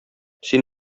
син